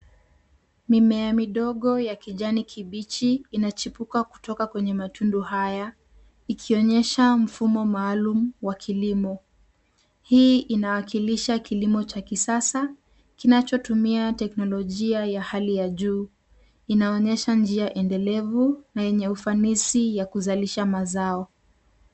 Mimea midogo yakijani kibichi, inachipuka kutoka kwenye matundu haya ikionyesha mfumo maalum wa yakilimo. Hii inawakilisha kilimo cha kisasa kinachotumia teknologia ya hali ya juu. Inaonyesha njia endeleve na yeneye ufanisi yakuzalisha mazao.